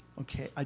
okay